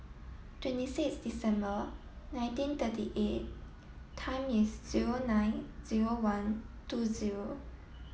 twenty six December nineteen thirty eight time is zero nine zero one two zero